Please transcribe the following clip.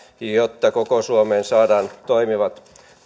jotta koko suomeen saadaan toimivat